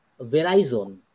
Verizon